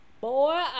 Boy